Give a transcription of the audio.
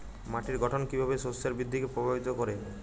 মাটির গঠন কীভাবে শস্যের বৃদ্ধিকে প্রভাবিত করে?